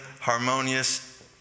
harmonious